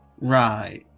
Right